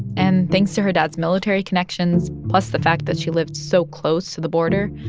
and thanks to her dad's military connections plus the fact that she lived so close to the border,